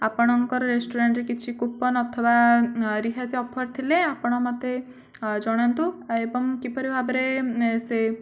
ଆପଣଙ୍କର ରେଷ୍ଟୁରାଣ୍ଟ୍ରେ କିଛି କୁପନ୍ ଅଥବା ରିହାତି ଅଫର୍ ଥିଲେ ଆପଣ ମୋତେ ଜଣାନ୍ତୁ ଏବଂ କିପରି ଭାବରେ ସେ